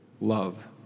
love